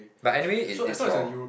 but anyway it's it's for